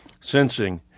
sensing